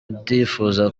ndifuza